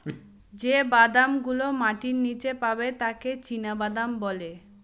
যে বাদাম গুলো মাটির নীচে পাবে তাকে চীনাবাদাম বলে